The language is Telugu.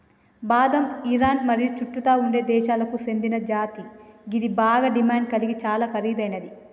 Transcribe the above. బాదం ఇరాన్ మరియు చుట్టుతా ఉండే దేశాలకు సేందిన జాతి గిది బాగ డిమాండ్ గలిగి చాలా ఖరీదైనది